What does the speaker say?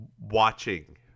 watching